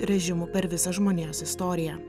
režimų per visą žmonijos istoriją